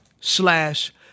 slash